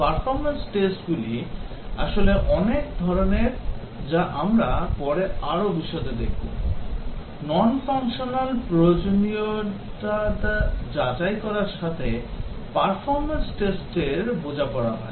performance টেস্টগুলি আসলে অনেক ধরণের যা আমরা পরে আরও বিশদে দেখব non functional প্রয়োজনীয়তা যাচাই করার সাথে পারফরম্যান্স টেস্টের বোঝাপড়া হয়